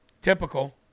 Typical